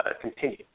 continue